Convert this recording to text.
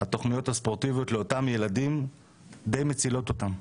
שהתוכניות הספורטיביות לאותם ילדים די מצילות אותם,